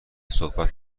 صحبت